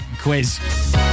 quiz